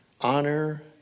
Honor